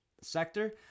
sector